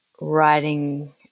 writing